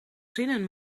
zinnen